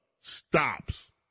stops